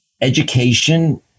education